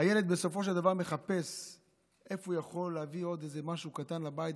הילד בסופו של דבר מחפש איך הוא יכול להביא עוד איזה משהו קטן לבית,